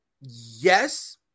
Yes